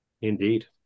Indeed